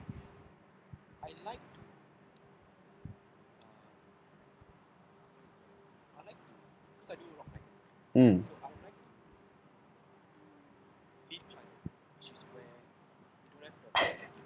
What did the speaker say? mm